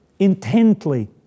intently